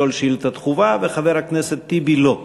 לשאול שאילתה דחופה, וחבר הכנסת טיבי, לא.